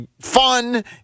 fun